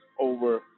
over